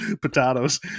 potatoes